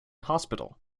hospital